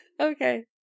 Okay